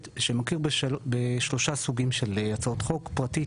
שמכיר בשלושה סוגים של הצעות חוק פרטית,